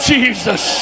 Jesus